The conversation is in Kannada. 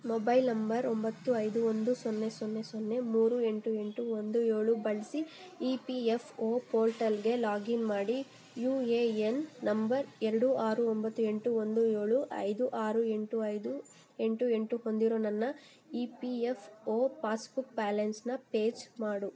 ಮೊಬೈಲ್ ನಂಬರ್ ಒಂಬತ್ತು ಐದು ಒಂದು ಸೊನ್ನೆ ಸೊನ್ನೆ ಸೊನ್ನೆ ಮೂರು ಎಂಟು ಎಂಟು ಒಂದು ಏಳು ಬಳಸಿ ಇ ಪಿ ಎಫ್ ಒ ಪೋರ್ಟಲ್ಗೆ ಲಾಗಿನ್ ಮಾಡಿ ಯು ಎ ಎನ್ ನಂಬರ್ ಎರಡು ಆರು ಒಂಬತ್ತು ಎಂಟು ಒಂದು ಏಳು ಐದು ಆರು ಎಂಟು ಐದು ಎಂಟು ಎಂಟು ಹೊಂದಿರೋ ನನ್ನ E P F O passbook ಬ್ಯಾಲೆನ್ಸನ್ನ ಪೇಚ್ ಮಾಡು